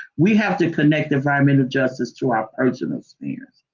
we have to connect the environmental justice to our personal experience.